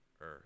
earth